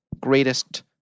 greatest